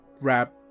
wrap